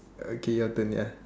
okay your turn ya